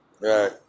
Right